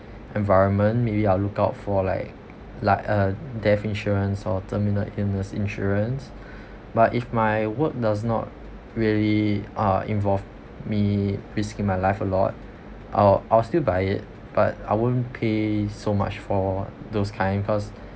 environment maybe i'll look up for like like a death insurance or terminal illness insurance but if my work does not really uh involve me risking my life a lot i'll i'll still buy it but I won't pay so much for those kind cause